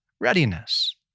readiness